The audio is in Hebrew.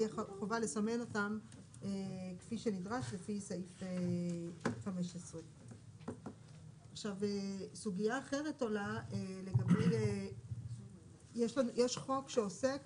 תהיה חובה לסמן אותן כפי שנדרש לפי סעיף 15. יש חוק שעוסק